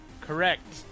Correct